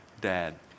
Dad